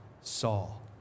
Saul